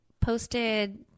posted